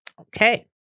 Okay